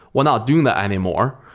we're not doing that anymore.